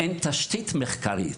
אין תשתית מחקרית.